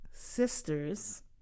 Sisters